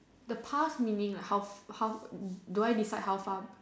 the past meaning like how how do I decide how far